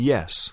Yes